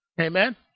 Amen